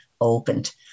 opened